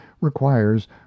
requires